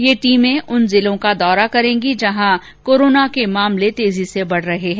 ये टीमें उन जिलों का दौरा करेगी जहां कोरोना के मामले तेजी से बढ रहे हैं